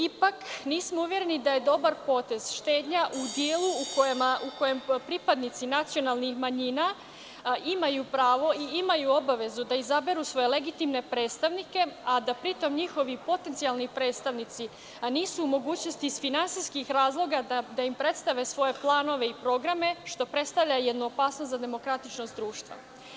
Ipak, nismo uvereni da je dobar potez štednja u delu u kojem pripadnici nacionalnih manjina imaju pravo i imaju obavezu da izaberu svoje legitimne predstavnike, a da pri tom njihovi potencijalni predstavnici, nisu u mogućnosti iz finansijskih razloga da im predstave svoje planove i programe što predstavlja jednu opasnost za demokratičnost društva.